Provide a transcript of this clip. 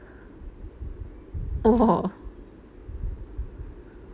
!whoa!